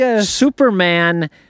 Superman